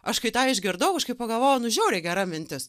aš kai tą išgirdau aš kai pagalvojau nu žiauriai gera mintis